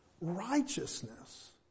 righteousness